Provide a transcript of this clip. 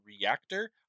Reactor